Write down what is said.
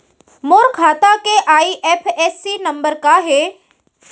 मोर खाता के I F S C number का हे?